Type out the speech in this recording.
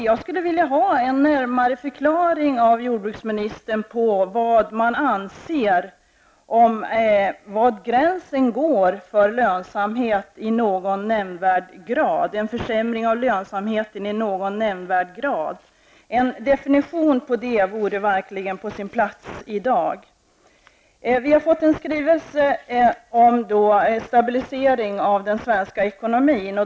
Jag skulle vilja ha en närmare förklaring av jordbruksministern om var regeringen anser att gränsen går för en försämring av lönsamheten i ''någon nämnvärd grad''. En definition av detta vore verkligen på sin plats i dag. Vi har fått en skrivelse om stabilisering av den svenska ekonomin.